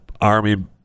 army